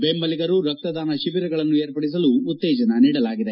ಬೆಂಬಲಿಗರು ರಕ್ತದಾನ ತಿಬಿರಗಳನ್ನು ಏರ್ಪಡಿಸಲು ಉತ್ತೇಜನ ನೀಡಲಾಗಿದೆ